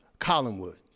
Collinwood